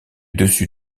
dessus